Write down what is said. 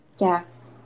Yes